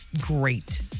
great